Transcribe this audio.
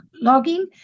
logging